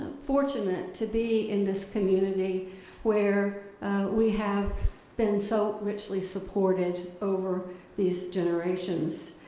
fortunate to be in this community where we have been so richly supported over these generations.